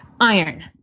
Iron